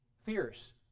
Fierce